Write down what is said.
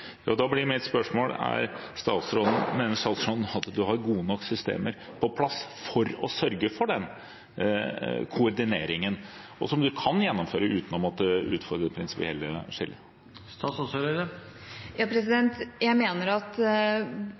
Da blir mitt spørsmål: Mener statsråden at man har gode nok systemer på plass for å sørge for den koordineringen, som man kan gjennomføre uten å måtte utfordre det prinsipielle